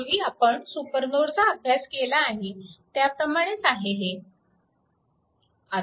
पूर्वी आपण सुपरनोडचा अभ्यास केला आहे त्याप्रमाणेच आहे हे